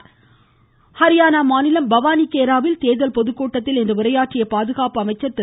ராஜ்நாத்சிங் ஹரியானா மாநிலம் பவானி கேராவில் தேர்தல் பொதுக்கூட்டத்தில் இன்று உரையாற்றிய பாதுகாப்பு அமைச்சர் திரு